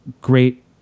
great